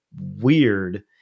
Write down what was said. weird